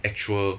actual